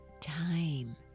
time